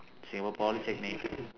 singapore polytechnic